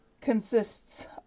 consists